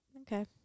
Okay